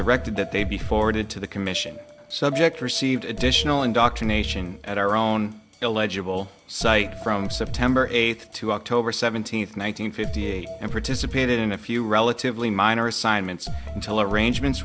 directed that they be forwarded to the commission subject received additional indoctrination at our own illegible site from september eighth to october seventy one hundred fifty eight and participated in a few relatively minor assignments until arrangements